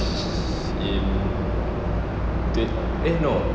in twenty eh no